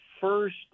first